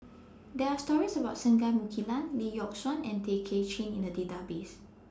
There Are stories about Singai Mukilan Lee Yock Suan and Tay Kay Chin in The Database